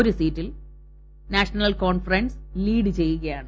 ഒരു സീറ്റിൽ നാഷണൽ കോൺഫറൻസ് ലീഡ് ചെയ്യുകയാണ്